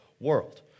world